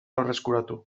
berreskuratu